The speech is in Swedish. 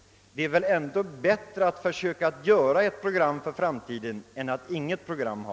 Det är väl ändå bättre att försöka göra ett program för framtiden än att inget program ha!